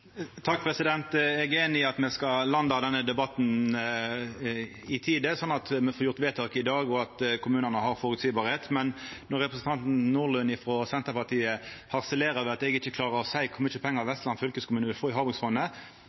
er einig i at me skal landa denne debatten i tide, sånn at me får gjort vedtak i dag, og at det er føreseieleg for kommunane. Men når representanten Nordlund frå Senterpartiet harselerer med at eg ikkje klarer å seia kor mykje pengar Vestland fylkeskommune vil få frå havbruksfondet,